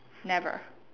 never